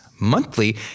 monthly